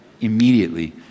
Immediately